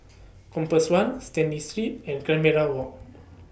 Compass one Stanley Street and Walk